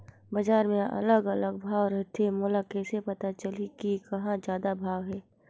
बजार मे अलग अलग भाव रथे, मोला कइसे पता चलही कि कहां जादा भाव हे?